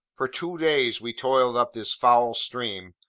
for two days we toiled up this foul stream,